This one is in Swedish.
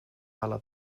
alla